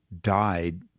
died